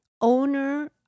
owner